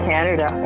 Canada